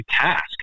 task